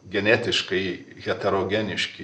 genetiškai heterogeniški